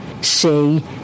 say